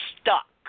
stuck